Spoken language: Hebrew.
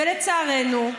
ולצערנו,